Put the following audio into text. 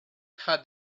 had